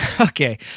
okay